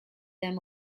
them